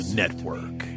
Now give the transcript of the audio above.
network